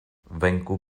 venku